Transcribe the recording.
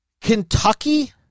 Kentucky